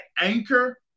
anchor